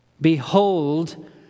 Behold